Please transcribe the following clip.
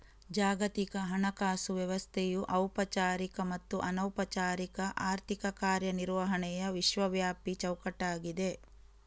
ಜಾಗತಿಕ ಹಣಕಾಸು ವ್ಯವಸ್ಥೆಯು ಔಪಚಾರಿಕ ಮತ್ತು ಅನೌಪಚಾರಿಕ ಆರ್ಥಿಕ ಕಾರ್ಯ ನಿರ್ವಹಣೆಯ ವಿಶ್ವವ್ಯಾಪಿ ಚೌಕಟ್ಟಾಗಿದೆ